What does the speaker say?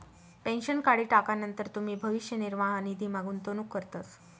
pension काढी टाकानंतर तुमी भविष्य निर्वाह निधीमा गुंतवणूक करतस